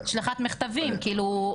כאילו,